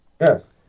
Yes